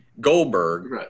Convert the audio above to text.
Goldberg